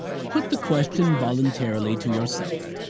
put the question voluntarily to yourself,